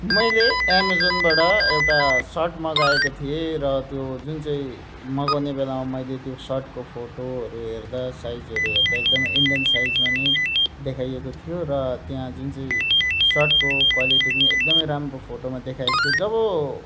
मैले अमेजनबाट एउटा सर्ट मगाएको थिएँ र त्यो जुन चाहिँ मगाउने बेलामा मैले त्यो सर्टको फोटोहरू हेर्दा साइजहरू हेर्दा एकदम इन्डियान साइजमा नै देखाइएको थियो र त्यहाँ जुन चाहिँ सर्टको क्वालिटी पनि एकदमै राम्रो फोटोमा देखाएक थियो जब